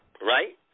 Right